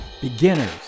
Beginners